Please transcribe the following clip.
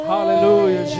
Hallelujah